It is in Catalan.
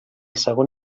segon